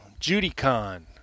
JudyCon